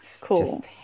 cool